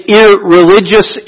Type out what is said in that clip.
irreligious